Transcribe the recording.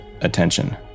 attention